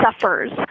suffers